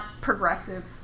progressive